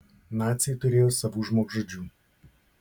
naciai turėjo savų žmogžudžių